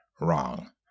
wrong